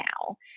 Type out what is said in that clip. now